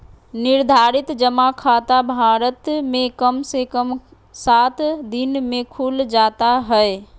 निर्धारित जमा खाता भारत मे कम से कम सात दिन मे खुल जाता हय